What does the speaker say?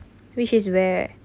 which is where